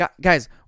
Guys